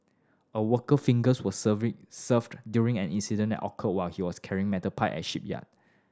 a worker fingers were severed served during an incident at occurred while he was carrying metal pipe at shipyard